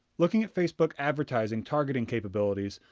looking at facebook advertising targeting capabilities,